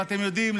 ואתם יודעים,